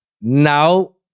Now